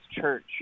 church